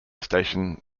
station